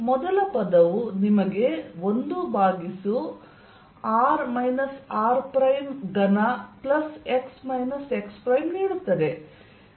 ಮೊದಲ ಪದವು ನಿಮಗೆ 1 ಭಾಗಿಸು r - r3 plus x x ನೀಡುತ್ತದೆ